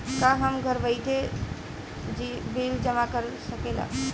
का हम घर बइठे बिल जमा कर शकिला?